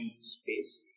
space